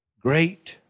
great